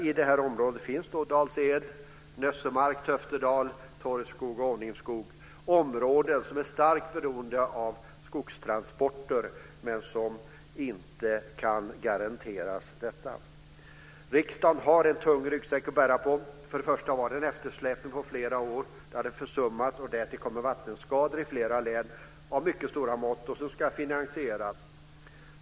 I detta område finns Dals-Ed, Nössemark, Töftedal, Torrskog och Ånimskog - områden som är starkt beroende av skogstransporter men som inte kan garanteras detta. Riksdagen har en tung ryggsäck att bära på. Först var det en eftersläpning på flera år då detta försummades. Därtill kommer vattenskador av mycket stora mått i flera län som ska finansieras.